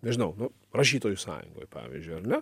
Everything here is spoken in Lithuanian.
nežinau nu rašytojų sąjungoj pavyzdžiui ar ne